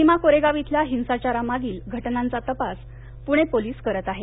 भीमा कोरेगाव इथंल्या हिंसाचारामागील घटनांचा तपास पुणे पोलिस करत आहेत